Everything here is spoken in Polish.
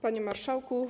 Panie Marszałku!